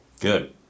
Good